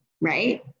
right